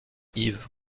yves